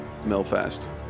Melfast